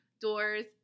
doors